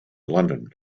london